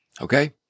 okay